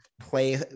play